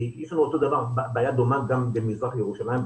יש לנו בעיה דומה גם במזרח ירושלים.